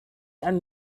and